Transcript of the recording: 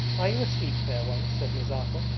are you asleep, fair ones said nazarka.